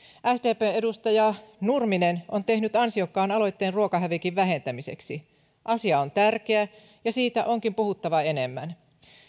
sdpn edustaja nurminen on tehnyt ansiokkaan aloitteen ruokahävikin vähentämiseksi asia on tärkeä ja siitä onkin puhuttava enemmän